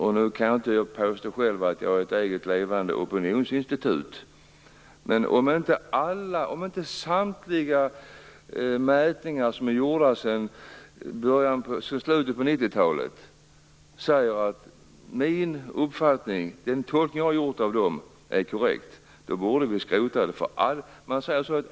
Jag kan inte påstå att jag själv är ett levande opinionsinstitut, men om inte den tolkning jag har gjort av samtliga mätningar som är gjorda sedan slutet av 80-talet är korrekt borde vi skrota dem.